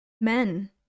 Men